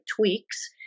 tweaks